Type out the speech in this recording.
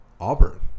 Auburn